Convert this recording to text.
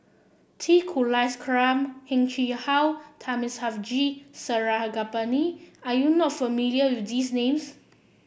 T Kulasekaram Heng Chee How Thamizhavel G Sarangapani are you not familiar with these names